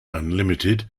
unlimited